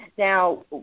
Now